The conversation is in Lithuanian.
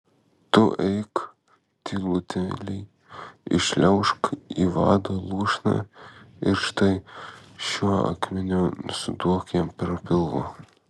tu eik tylutėliai įšliaužk į vado lūšną ir štai šiuo akmeniu suduok jam per pilvą